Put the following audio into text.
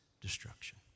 destruction